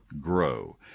grow